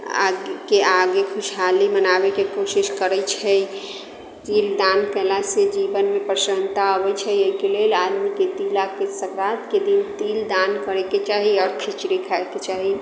आगेके आगे खुशहाली मनाबयके कोशिश करैत छै तिल दान कयलासँ जीवनमे प्रसन्नता आबैत छै एहिके लेल आदमीकेँ तिला संक्रान्तिके दिन तिल दान करयके चाही आओर खिचड़ी खायके चाही